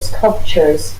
sculptures